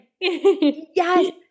Yes